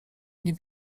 nie